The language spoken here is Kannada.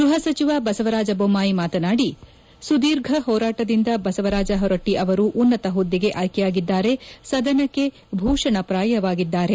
ಗೃಹ ಸಚಿವ ಬಸವರಾಜ ಬೊಮ್ಮಾಯಿ ಮಾತನಾಡಿ ಸುದೀರ್ಘ ಹೋರಾಟದಿಂದ ಬಸವರಾಜ ಹೊರಟ್ಟಿ ಅವರು ಉನ್ನತ ಹುದ್ದೆಗೆ ಆಯ್ಕೆಯಾಗಿದ್ದಾರೆ ಸದನಕ್ಕೆ ಭೂಷಣಪ್ರಾಯವಾಗಿದ್ದಾರೆ